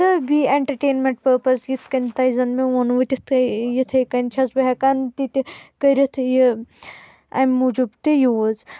تہِ بیٚیہِ entertainment purpose یِتھ کٔنۍ زن تُہۍ زن مےٚ ون یِتھی کٔنۍ چھس بہ ہیکان تِتہِ کرِتھ یہ امہِ موٗجوٗب تہِ یوٗز